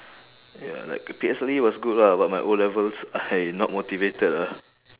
ya like P P_S_L_E was good lah but my O-levels I not motivated lah